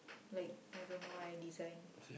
like I don't know I design